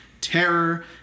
terror